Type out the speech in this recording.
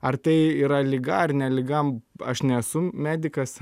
ar tai yra liga ar ne liga aš nesu medikas